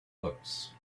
books